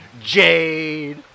Jade